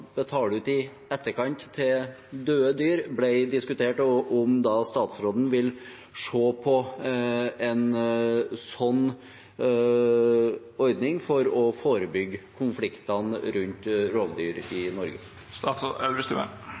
betale ut i etterkant for døde dyr ble diskutert. Vil statsråden se på en sånn ordning for å forebygge konfliktene rundt rovdyr i